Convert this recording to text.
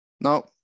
Now